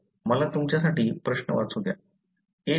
तर मला तुमच्यासाठी प्रश्न वाचू द्या